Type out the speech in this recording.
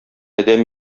адәм